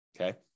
Okay